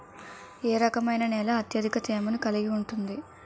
ఏ రకమైన నేల అత్యధిక తేమను కలిగి ఉంటుంది?